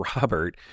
Robert